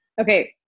Okay